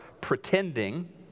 pretending